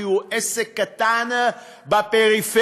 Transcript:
כי הוא עסק קטן בפריפריה.